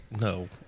No